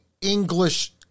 English